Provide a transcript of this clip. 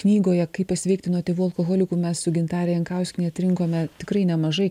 knygoje kaip pasveikti nuo tėvų alkoholikų mes su gintare jankauskiene atrinkome tikrai nemažai